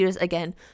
Again